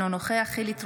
אינו נוכח חילי טרופר,